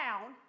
down